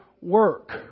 work